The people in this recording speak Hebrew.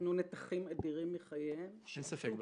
נתנו נתחים אדירים מחייהם -- אין ספק בכך.